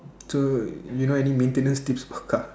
so you know any maintenance tips for car